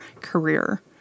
career